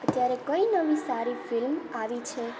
અત્યારે કઇ નવી સારી ફિલ્મ આવી છે